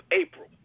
April